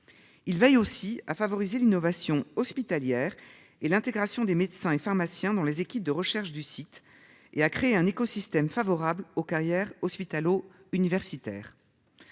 Il veille aussi à favoriser l'innovation hospitalière et l'intégration des médecins et pharmaciens dans les équipes de recherche du site et à créer un écosystème favorable aux carrières hospitalo-universitaire.